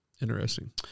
interesting